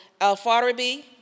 Al-Farabi